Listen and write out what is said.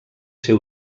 ser